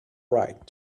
right